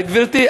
גברתי,